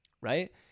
Right